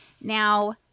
now